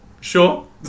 Sure